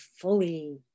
fully